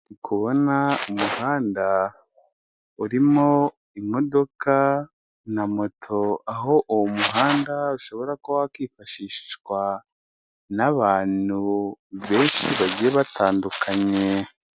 Ndi kubona umuhanda urimo imodoka na moto, aho uwo muhanda ushobora kuba wakifashishwa n'abantu benshi bagiye batandukanye.